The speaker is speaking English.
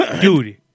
Dude